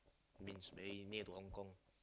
means very near to Hong-Kong